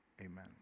amen